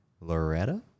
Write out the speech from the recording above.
Loretta